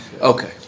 Okay